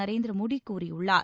நரேந்திர மோடி கூறியுள்ளார்